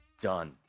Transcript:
done